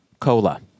cola